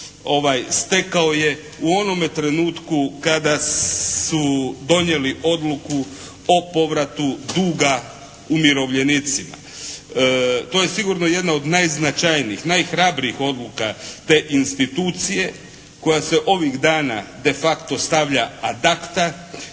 stekao je u onome trenutku kada su donijeli odluku o povratu duga umirovljenicima. To je sigurno jedna od najznačajnijih, najhrabrijih odluka te institucije koja se ovih dana de facto stavlja ad acta,